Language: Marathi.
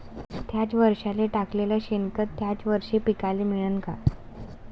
थ्याच वरसाले टाकलेलं शेनखत थ्याच वरशी पिकाले मिळन का?